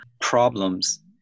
problems